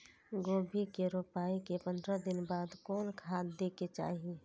गोभी के रोपाई के पंद्रह दिन बाद कोन खाद दे के चाही?